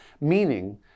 Meaning